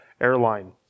airline